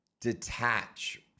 detach